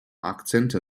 akzente